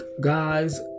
guys